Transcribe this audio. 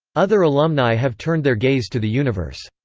other alumni have turned their gaze to the universe.